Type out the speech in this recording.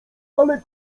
ale